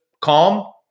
calm